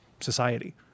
society